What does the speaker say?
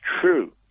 true